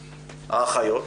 האחיות,